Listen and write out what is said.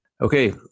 Okay